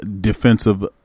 defensive